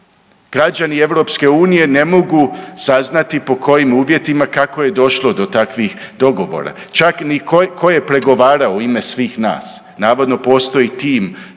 Građani EU ne mogu saznati po kojim uvjetima, kako je došlo do takvih dogovora čak ni ko, tko je pregovarao u ime svih nas. Navodno postoji tim,